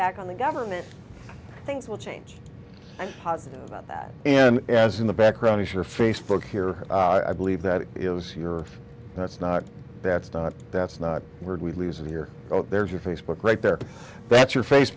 back on the government things will change i'm positive about that and as in the background is your facebook here i believe that is your that's not that's not that's not weird we lose it here there's your facebook right there that's your face